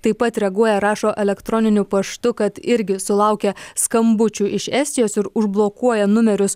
taip pat reaguoja rašo elektroniniu paštu kad irgi sulaukia skambučių iš estijos ir užblokuoja numerius